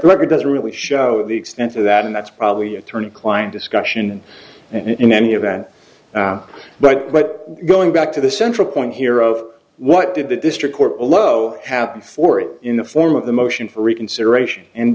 like it doesn't really show the extent of that and that's probably attorney client discussion and in any event but but going back to the central point here of what did the district court below happen for in the form of the motion for reconsideration and